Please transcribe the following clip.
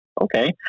okay